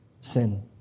sin